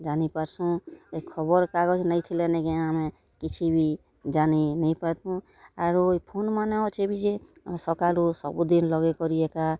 ଜାନି ପାର୍ସୁଁ ଏ ଖବର୍କାଗଜ୍ ନାଇଁ ଥିଲେ ନାଇଁ କେଁ ଆମେ କିଛି ବି ଜାନି ନେଇଁ ପାରତୁ ଆରୁ ଇ ଫୋନ୍ମାନେ ଅଛେ ବି ଯେ ଆମେ ସକାଲୁ ସବୁଦିନ୍ ଲଗେଇକରି ଏକା